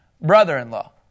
brother-in-law